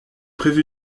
prévu